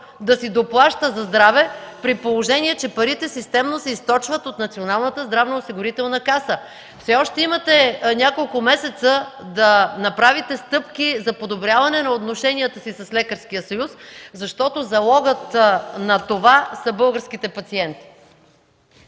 да си доплаща за здраве, при положение че парите системно се източват от Националната здравноосигурителна каса. Все още имате няколко месеца да направите стъпки за подобряване на отношенията си с Лекарския съюз, защото залогът на това са българските пациенти.